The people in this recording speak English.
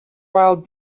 wild